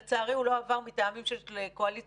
לצערי, הוא לא עבר מטעמים של קואליציה-אופוזיציה.